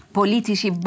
politici